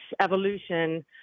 evolution